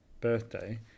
Birthday